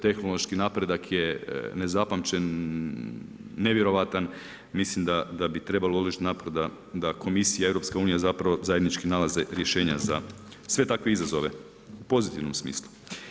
Tehnološki napredak je nezapamćen, nevjerojatan mislim da bi trebalo … da komisija i EU zajednički nalaze rješenja za sve takve izazove u pozitivnom smislu.